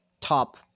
top